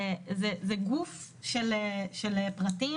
זה גוף של פרטים